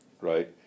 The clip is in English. right